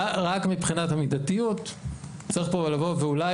רק מבחינת המידתיות צריך פה לבוא ואולי